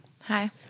Hi